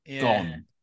gone